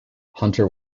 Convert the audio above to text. hunter